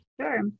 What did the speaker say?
Sure